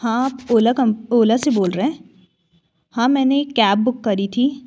हाँ आप ओला ओला से बोल रहे हाँ मैंने एक कैब बुक करी थी